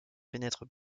pénètre